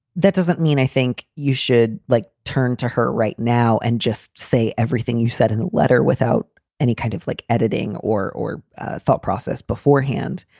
that doesn't mean i think you should, like, turn to her right now and just say everything you said in the letter without any kind of like editing or thought thought process beforehand.